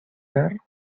dar